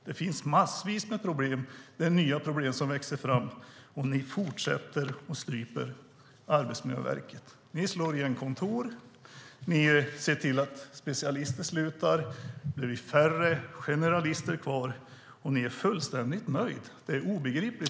Det finns massvis med problem och nya problem som växer fram om ni fortsätter att strypa Arbetsmiljöverket. Ni slår igen kontor, ni ser till att specialister slutar, det blir färre generalister kvar, och ni är fullständigt nöjda. Det är obegripligt.